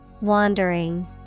Wandering